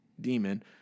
demon